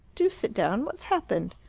do sit down. what's happened?